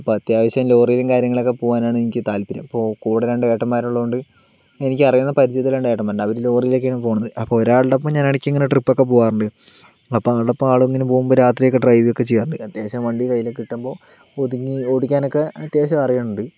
അപ്പോൾ അത്യാവശ്യം ലോറിയിലും കാര്യങ്ങളിലും ഒക്കെ പോകുവാൻ ആണ് എനിക്ക് താല്പര്യം അപ്പോൾ കൂടെ രണ്ട് ഏട്ടന്മാരുള്ളതുകൊണ്ട് എനിക്ക് അറിയാവുന്ന പരിചയത്തിലുള്ള രണ്ടു ഏട്ടന്മാരുണ്ട് അവർ ലോറിയിലൊക്കെയാണ് പോകുന്നത് അപ്പോൾ ഒരാളുടെ ഒപ്പം ഞാൻ ഇടയ്ക്ക് ഇങ്ങനെ ട്രിപ്പ് ഒക്കെ പോകാറുണ്ട് അപ്പോൾ ആളുടെ ഒപ്പം ആളിങ്ങനെ പോവുമ്പോൾ രാത്രിയൊക്കെ ഡ്രൈവ് ഒക്കെ ചെയ്യാറുണ്ട് അത്യാവശ്യം വണ്ടി കൈയ്യിൽ കിട്ടുമ്പോൾ ഒതുങ്ങി ഓടിക്കാനൊക്കെ അത്യാവശ്യം അറിയുന്നുണ്ട്